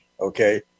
okay